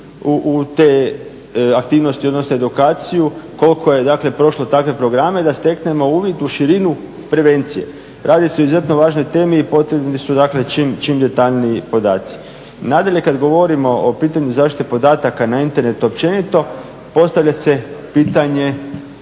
u te aktivnosti odnosno edukaciju. Koliko je dakle, prošlo takve programe i da steknemo uvid u širinu prevencije. Radi se o izuzetno važnoj temi i potrebni su dakle čim detaljniji podaci. Nadalje, kad govorimo o pitanju zaštite podataka na internetu općenito postavlja se pitanje